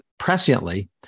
presciently